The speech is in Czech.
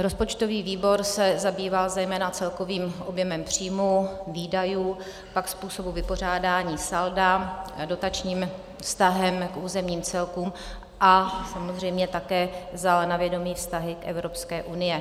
Rozpočtový výbor se zabýval zejména celkovým objemem příjmů, výdajů, pak způsobem vypořádání salda, dotačním vztahem k územním celkům a samozřejmě také vzal na vědomí vztahy k Evropské unii.